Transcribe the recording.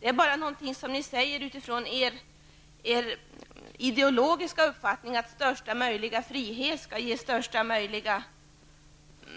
Det är bara någonting som ni säger utifrån er ideologiska uppfattning, att största möjliga frihet skall ge största